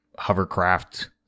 hovercraft